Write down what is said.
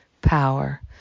power